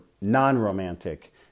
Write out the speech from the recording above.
non-romantic